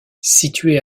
située